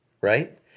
right